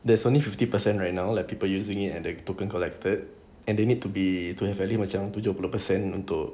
there's only fifty percent right now like people using it and the token collected and they need to be at least macam tujuh puluh percent untuk